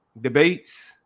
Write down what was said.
debates